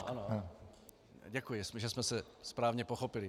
Ano, děkuji, že jsme se správně pochopili.